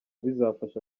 bizabafasha